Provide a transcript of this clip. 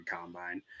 combine